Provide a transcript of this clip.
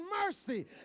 mercy